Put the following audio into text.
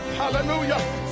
Hallelujah